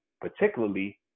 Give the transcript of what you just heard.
particularly